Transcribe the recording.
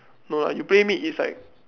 no lah you play mid is like